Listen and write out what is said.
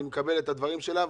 אני מקבל את הדברים שלה,